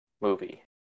movie